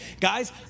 guys